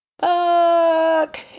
Fuck